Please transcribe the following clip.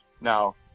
Now